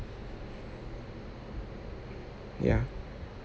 ya